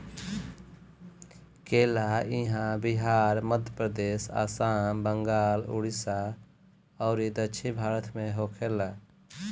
केला इहां बिहार, मध्यप्रदेश, आसाम, बंगाल, उड़ीसा अउरी दक्षिण भारत में होखेला